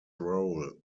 role